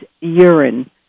urine